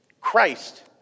Christ